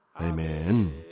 Amen